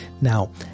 Now